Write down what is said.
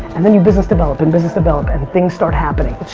and then you business develop and business develop, and things start happening.